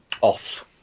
off